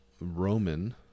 Roman